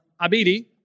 Abidi